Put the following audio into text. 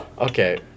Okay